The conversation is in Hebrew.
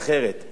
הם גם לא אשמים.